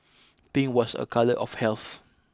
pink was a colour of health